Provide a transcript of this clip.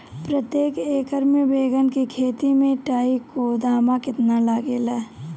प्रतेक एकर मे बैगन के खेती मे ट्राईकोद्रमा कितना लागेला?